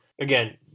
again